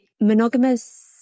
monogamous